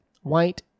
white